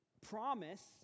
promise